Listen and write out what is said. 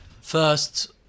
First